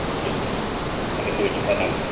just i guess it would depend on